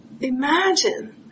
Imagine